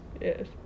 Yes